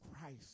Christ